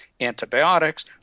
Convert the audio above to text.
Antibiotics